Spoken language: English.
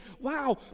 wow